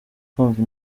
kumva